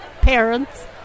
parents